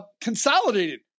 consolidated